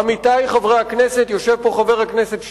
עמיתי חברי הכנסת, יושב פה חבר הכנסת שנלר,